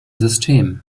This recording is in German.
system